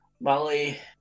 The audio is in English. Molly